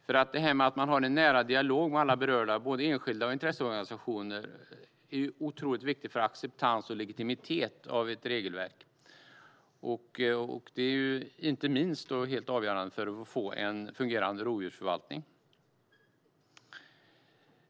Detta med att man har en nära dialog med alla berörda, både enskilda och intresseorganisationer, är otroligt viktigt för acceptans och legitimitet för ett regelverk. Det är inte minst helt avgörande för att få en fungerande rovdjursförvaltning.